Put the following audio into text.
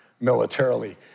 militarily